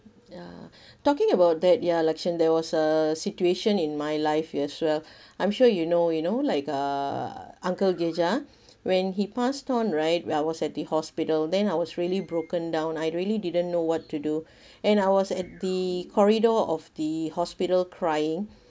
ya talking about that ya lakshen there was a situation in my life you as well I'm sure you know you know like uh uncle geja when he passed on right I was at the hospital then I was really broken down I really didn't know what to do and I was at the corridor of the hospital crying